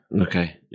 Okay